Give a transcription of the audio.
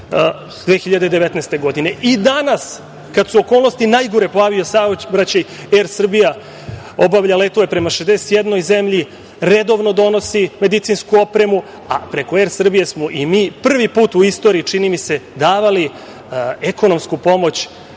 2019. godine. Danas, kada su okolnosti najgore po avio saobraćaj, „Er Srbija“ obavlja letove prema 61 zemlji, redovno donosi medicinsku opremu, a preko „Er Srbije“ smo i mi prvi put u istoriji, čini mi se, davali ekonomsku pomoć